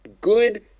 Good